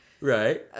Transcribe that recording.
Right